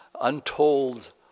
untold